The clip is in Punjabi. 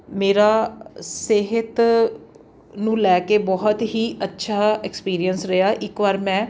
ਮੇਰਾ ਸਿਹਤ ਨੂੰ ਲੈ ਕੇ ਬਹੁਤ ਹੀ ਅੱਛਾ ਐਕਸਪੀਰੀਅੰਸ ਰਿਹਾ ਇੱਕ ਵਾਰ ਮੈਂ